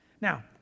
Now